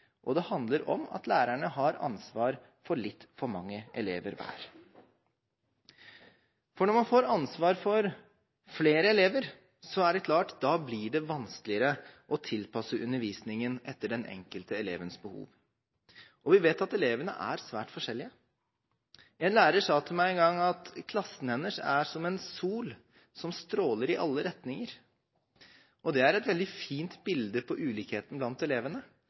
og det handler om at lærerne har ansvar for litt for mange elever hver, for når man får ansvar for flere elever, er det klart at da blir det vanskeligere å tilpasse undervisningen etter den enkelte elevens behov. Vi vet at elevene er svært forskjellige. En lærer sa til meg en gang at klassen hennes er som en sol som stråler i alle retninger. Det er et veldig fint bilde på ulikhetene blant elevene,